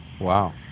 Wow